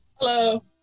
Hello